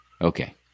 Okay